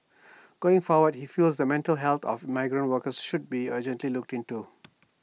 going forward he feels the mental health of migrant workers should be urgently looked into